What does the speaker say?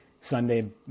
Sunday